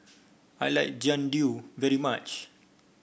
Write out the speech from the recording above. I like Jian Dui very much